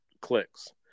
clicks